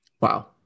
Wow